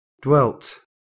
dwelt